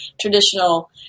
traditional